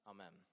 Amen